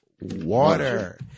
water